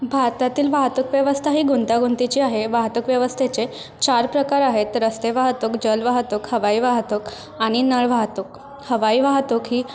भारतातील वाहतूक व्यवस्था ही गुंतागुंतीची आहे वाहतूक व्यवस्थेचे चार प्रकार आहेत रस्ते वाहतूक जल वाहतूक हवाई वाहतूक आणि नळ वाहतूक हवाई वाहतूक ही